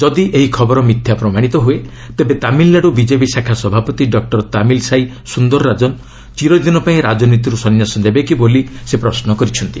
ଯଦି ଏହି ଖବର ମିଥ୍ୟା ପ୍ରମାଣିତ ହୁଏ ତେବେ ତାମିଲନାଡୁ ବିଜେପି ଶାଖା ସଭାପତି ଡକ୍ଟର ତାମିଲ୍ ସାଇ ସୁନ୍ଦରରାଜନ ଚିରଦିନ ପାଇଁ ରାଜନୀତିରୁ ସନ୍ୟାସ ନେବେ କି ବୋଲି ସେ ପ୍ରଶ୍ନ କରିଛନ୍ତି